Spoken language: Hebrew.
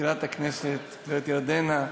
מזכירת הכנסת גברת ירדנה,